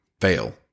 fail